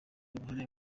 uruhare